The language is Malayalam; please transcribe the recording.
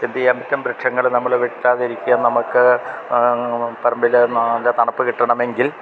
എന്ത് ചെയ്യാൻ പറ്റും വൃക്ഷങ്ങൾ നമ്മൾ വെട്ടാതിരിക്കാൻ നമുക്ക് പറമ്പിൽ നല്ല തണുപ്പ് കിട്ടണം എങ്കിൽ